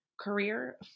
career